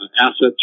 assets